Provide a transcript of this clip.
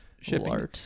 shipping